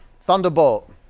thunderbolt